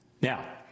Now